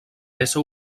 ésser